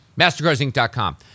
mastercarsinc.com